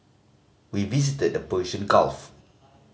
we visited the Persian Gulf